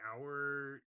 hour